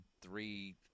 three